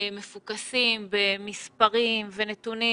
מפוקסים במספרים ובנתונים,